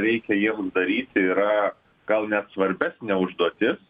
reikia jiems daryti yra gal net svarbesnė užduotis